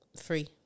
Free